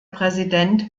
präsident